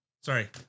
Sorry